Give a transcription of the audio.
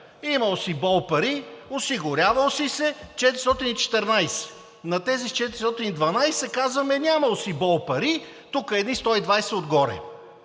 имал си бол пари, осигурявал си се – 414 лв. На тези с 412 казваме: нямал си бол пари, тук едни 120 отгоре